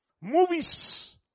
movies